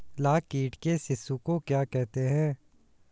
लाख कीट के शिशु को क्या कहते हैं?